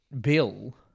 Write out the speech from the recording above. Bill